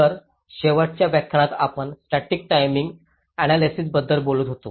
तर शेवटच्या व्याख्यानात आपण स्टॅटिक टाईमिंग आण्यालायसिसबद्दल बोलत होतो